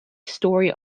story